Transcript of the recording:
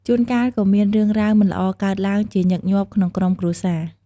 ជួនកាលក៏មានរឿងរ៉ាវមិនល្អកើតឡើងជាញឹកញាប់ក្នុងក្រុមគ្រួសារ។